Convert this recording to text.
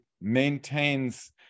maintains